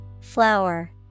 Flower